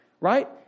right